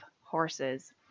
horses